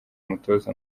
umutoza